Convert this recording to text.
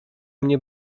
mnie